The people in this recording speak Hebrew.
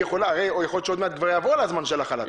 יכול להיות שעוד מעט יעבור לה הזמן של החל"ת.